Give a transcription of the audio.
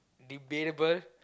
debatable